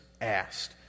Asked